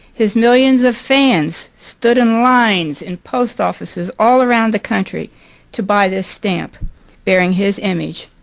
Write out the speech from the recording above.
his millions of fans stood in lines in post offices all around the country to buy this stamp bearing his image.